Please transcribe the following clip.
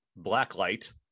Blacklight